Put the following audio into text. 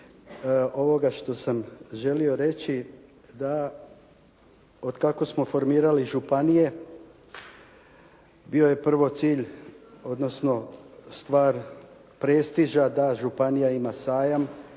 ovoga što sam želio reći, da otkako smo formirali županije bio je prvo cilj odnosno stvar prestiža da županija ima sajam,